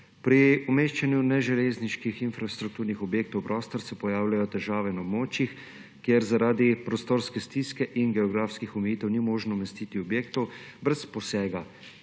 Pri umeščanju neželezniških infrastrukturnih objektov v prostor se pojavljajo težave na območjih, kjer zaradi prostorske stiske in geografskih omejitev ni možno namestiti objektov brez posega